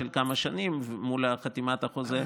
לפעמים כמה שנים מחתימת החוזה,